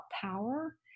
power